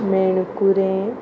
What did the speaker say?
Menkure